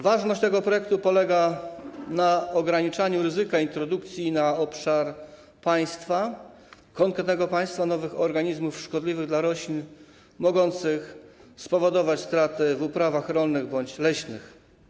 Ważność tego projektu polega na ograniczaniu ryzyka introdukcji na obszar konkretnego państwa nowych organizmów szkodliwych dla roślin mogących spowodować stratę w uprawach rolnych bądź leśnych.